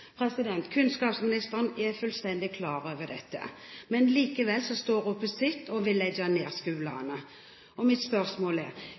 Kunnskapsministeren er fullstendig klar over dette. Men likevel står hun på sitt og vil legge ned skolene. Mitt spørsmål er: